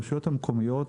הרשויות המקומיות,